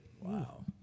wow